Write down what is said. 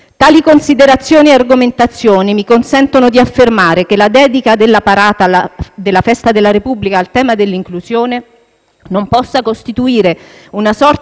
Tali considerazioni e argomentazioni mi consentono di affermare che la dedica della parata della festa della Repubblica al tema dell'inclusione non possa costituire una sorta di